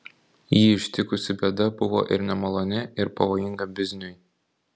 jį ištikusi bėda buvo ir nemaloni ir pavojinga bizniui